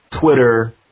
Twitter